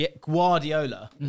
Guardiola